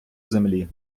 землі